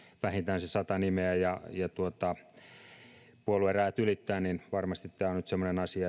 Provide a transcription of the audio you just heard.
vähintään se sata nimeä ja että tämä puoluerajat ylittää varmasti tämä on nyt semmoinen asia